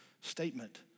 statement